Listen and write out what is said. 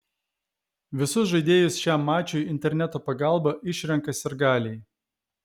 visus žaidėjus šiam mačui interneto pagalba išrenka sirgaliai